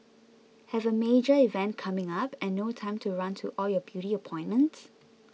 have a major event coming up and no time to run to all your beauty appointments